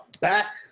back